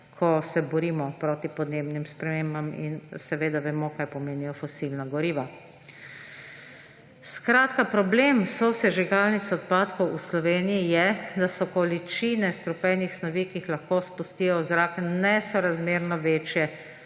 ko se borimo proti podnebnim spremembam in seveda vemo, kaj pomenijo fosilna goriva. Problem sosežigalnic odpadkov v Sloveniji je, da so količine strupenih snovi, ki jih lahko izpustijo v zrak, nesorazmerno večje,